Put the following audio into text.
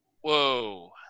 Whoa